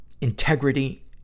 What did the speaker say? integrity